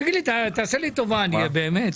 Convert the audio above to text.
תעשה לי טובה, באמת.